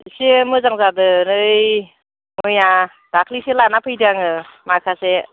इसे मोजां जादो नै मैया दाख्लिसो लाना फैदों आङो माखासे